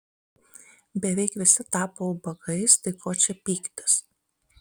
beveik visi tapo ubagais tai ko čia pyktis